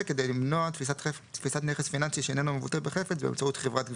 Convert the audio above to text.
כדי למנוע תפיסת נכס פיננסי שאיננו מבוטא בחפץ באמצעות חברת גבייה".